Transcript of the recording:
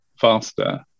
faster